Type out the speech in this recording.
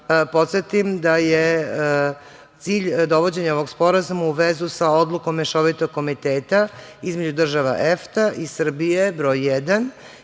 podsetim da je cilj dovođenja ovog sporazuma u vezu sa Odlukom Mešovitog komiteta između država EFTA i Srbije broj 1